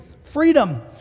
freedom